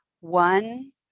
One